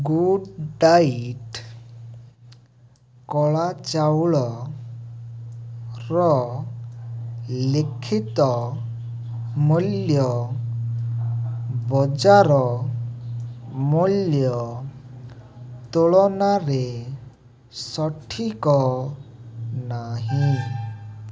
good diet କଳା ଚାଉଳର ଲିଖିତ ମୂଲ୍ୟ ବଜାର ମୂଲ୍ୟ ତୁଳନାରେ ସଠିକ୍ ନାହିଁ